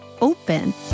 open